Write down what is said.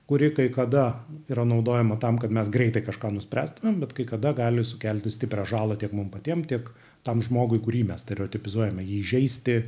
kuri kai kada yra naudojama tam kad mes greitai kažką nuspręstumėm bet kai kada gali sukelti stiprią žalą tiek mums patiem tik tam žmogui kurį mes stereotipizuojame jį įžeisti